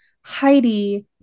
Heidi